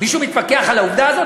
מישהו מתווכח על העובדה הזאת?